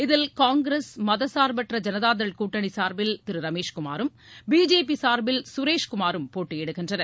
இதில் காங்கிரஸ் மதசார்பற்ற ஜனதாதள் கூட்டணி சார்பில் திரு ரமேஷ் குமாரும் பிஜேபி சார்பில் சுரேஷ் குமாரும் போட்டியிடுகின்றனர்